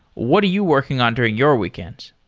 what are you working on during your weekends?